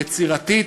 יצירתית.